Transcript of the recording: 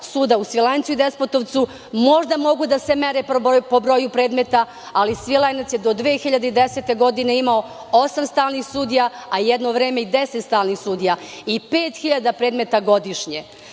suda u Svilajncu i Despotovcu, možda mogu da se mere po broju predmeta, ali Svilajnac je do 2010. godine imao osam stalnih sudija a jedno vreme i deset stalnih sudija i 5.000 predmeta godišnje. Ako,